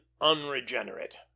unregenerate